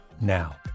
now